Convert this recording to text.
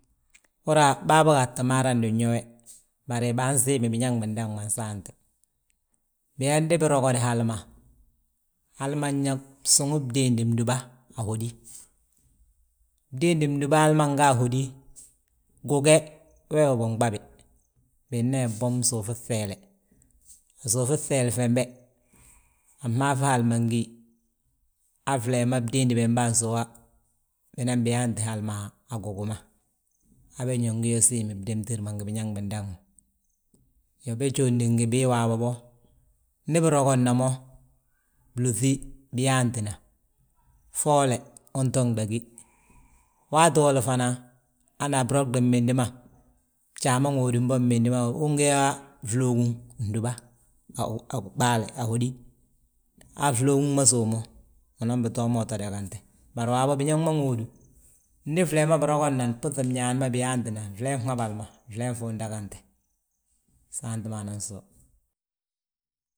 Uhúra bâa bógaa tti marandi nyo we, bari baasiimi biñaŋ bindaŋ ma nsaanti. Biyaa ndi birogod hal ma, hal ma nyaa suŋi bdiindi bdúba, a hódi. Bdiini bdúba hal ma nga a hódi, guge wee wi binɓabi, binan yaa bwom suufi fleele. Suufi ŧeeli fembe, a maafi hal ma mgíyi, han flee ma bdiindi bembe han sówa. Binan biyaanti hal ma a gugu ma. Habe ño ngi yo siim bdemtir ma ngi biñaŋ bindaŋ ma. Iyoo, be jóondi ngi bii waabo bo, ndi birogodna mo, blúŧi biyaantina, foole unto gdagí, waati wolo fana, hana a brogdi mmindi ma, bjaa ma ŋóodim bo mmindi ma. Ugi yaa flóoguŋ fndúba a ɓaale, a hódi, han flóoguŋ ma sów mo, unan bitoo mo udangate. Bari waabo biñaŋ ma ŋóodu, ndi flee ma birogodnan, buŧin mñaani ma biyaantina, fleen habal ma flee fu undangate, saanti ma nan sów.